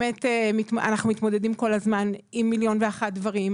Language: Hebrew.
אנחנו מתמודדים כל הזמן עם מיליון ואחד דברים,